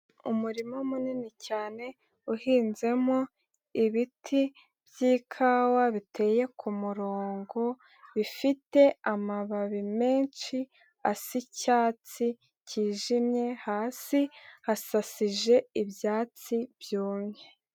Umurima munini cyane uhinzemo ibiti by'ikawa biteye ku murongo. Bifite amababi menshi asa icyatsi kijimye, hasi hasasije ibyatsi byumye.